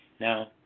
Now